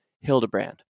Hildebrand